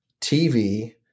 TV